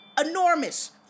enormous